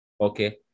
okay